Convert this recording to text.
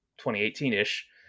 2018-ish